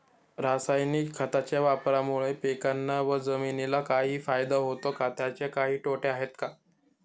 रासायनिक खताच्या वापरामुळे पिकांना व जमिनीला काही फायदा होतो का? त्याचे काही तोटे आहेत का?